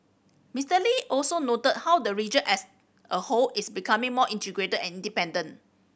Mister Lee also noted how the region as a whole is becoming more integrated and interdependent